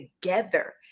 together